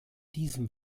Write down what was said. diesem